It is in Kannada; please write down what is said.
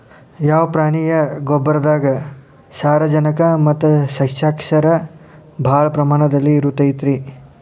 ಯಾವ ಪ್ರಾಣಿಯ ಗೊಬ್ಬರದಾಗ ಸಾರಜನಕ ಮತ್ತ ಸಸ್ಯಕ್ಷಾರ ಭಾಳ ಪ್ರಮಾಣದಲ್ಲಿ ಇರುತೈತರೇ?